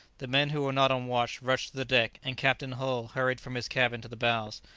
the men who were not on watch rushed to the deck, and captain hull hurried from his cabin to the bows.